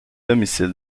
domicile